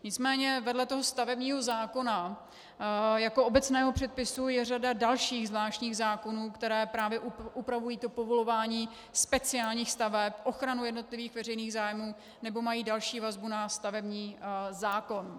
Nicméně vedle toho stavebního zákona jako obecného předpisu je řada dalších zvláštních zákonů, které právě upravují povolování speciálních staveb, ochranu jednotlivých veřejných zájmů, nebo mají další vazbu na stavební zákon.